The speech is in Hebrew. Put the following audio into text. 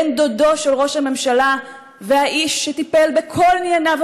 בן דודו של ראש הממשלה והאיש שטיפל בכל ענייניו